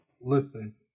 listen